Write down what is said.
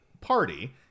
party